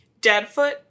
Deadfoot